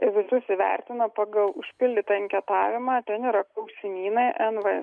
visus įvertina pagal užpildytą anketavimą ten yra klausimynai nv